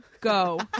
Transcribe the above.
Go